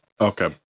Okay